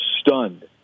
stunned